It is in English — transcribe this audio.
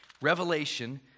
Revelation